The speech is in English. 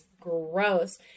gross